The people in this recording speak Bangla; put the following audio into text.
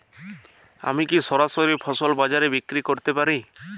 আমি কি সরাসরি ফসল বাজারে বিক্রি করতে পারি?